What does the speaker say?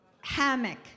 Hammock